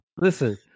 Listen